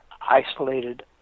isolated